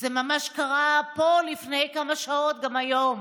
זה ממש קרה פה לפני כמה שעות, גם היום.